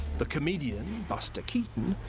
the comedian buster keaton,